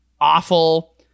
awful